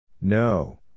No